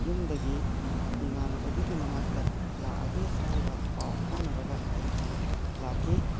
ꯌꯨꯝꯗꯒꯤ ꯏꯃꯥꯟꯅꯕꯗꯨꯒꯤ ꯃꯅꯥꯛꯇ ꯂꯥꯛꯑꯒꯦ ꯍꯥꯏꯔꯒ ꯄꯥꯎ ꯐꯥꯎꯅꯔꯒ ꯑꯩ ꯂꯥꯛꯈꯤ